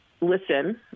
listen